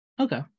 okay